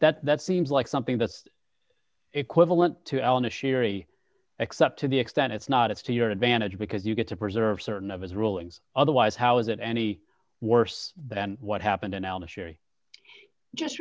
that that seems like something that's equivalent to elena shiri except to the extent it's not it's to your advantage because you get to preserve certain of his rulings otherwise how is it any worse than what happened in elena cheri just